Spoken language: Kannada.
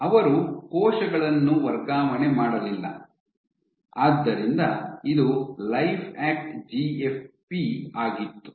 ಅವರು ಕೋಶಗಳನ್ನು ವರ್ಗಾವಣೆ ಮಾಡಲಿಲ್ಲ ಆದ್ದರಿಂದ ಇದು ಲೈಫ್ಯಾಕ್ಟ್ ಜಿಎಫ್ಪಿ ಆಗಿತ್ತು